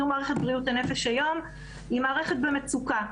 מערכת בריאות הנפש היום היא מערכת במצוקה.